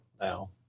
now